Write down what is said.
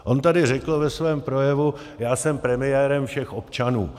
On tady řekl ve svém projevu: já jsem premiérem všech občanů.